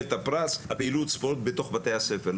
את הפרס פעילות הספורט בתוך בתי הספר,